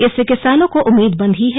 इससे किसानों को उम्मीद बंधी है